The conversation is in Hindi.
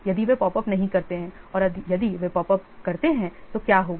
यदि वे पॉप नहीं करते हैं और यदि वे पॉप अप करते हैं तो क्या होगा